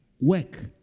work